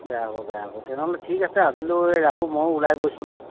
বেয়া হ'ব বেয়া হ'ব তেনেহ'লে ঠিক আছে আজিলৈ ৰাখোঁ মইও ওলাই গৈছোঁ নহ্